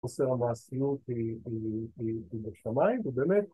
‫חוסר המעשיות היא בשמיים, ‫ובאמת...